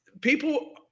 people